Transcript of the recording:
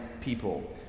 people